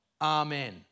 Amen